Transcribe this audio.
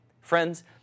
Friends